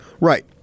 Right